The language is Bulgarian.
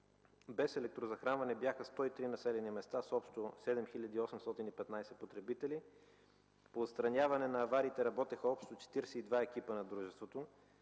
без електрозахранване бяха 103 населени места с общо 7815 потребители. По отстраняването на авариите работеха общо 42 екипа на дружеството,